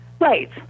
Right